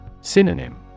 Synonym